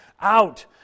out